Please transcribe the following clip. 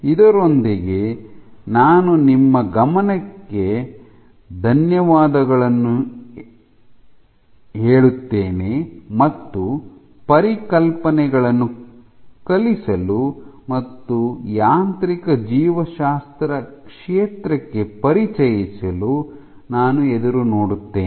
ಇದರೊಂದಿಗೆ ನಾನು ನಿಮ್ಮ ಗಮನಕ್ಕೆ ಧನ್ಯವಾದಗಳು ಎಂದು ಹೇಳುತ್ತೇನೆ ಮತ್ತು ಪರಿಕಲ್ಪನೆಗಳನ್ನು ಕಲಿಸಲು ಮತ್ತು ಯಾಂತ್ರಿಕ ಜೀವಶಾಸ್ತ್ರ ಕ್ಷೇತ್ರಕ್ಕೆ ಪರಿಚಯಿಸಲು ನಾನು ಎದುರು ನೋಡುತ್ತೇನೆ